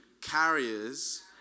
Carriers